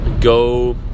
go